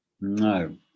No